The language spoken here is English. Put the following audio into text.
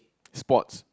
sports